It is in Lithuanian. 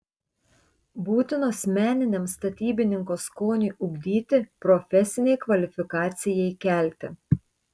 būtinos meniniam statybininko skoniui ugdyti profesinei kvalifikacijai kelti